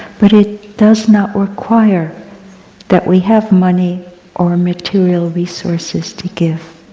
but it does not require that we have money or material resources to give.